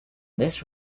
this